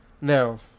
No